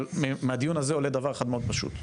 אבל מהדיון הזה עולה דבר אחד מאוד פשוט,